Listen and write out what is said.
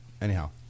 anyhow